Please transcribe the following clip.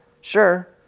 sure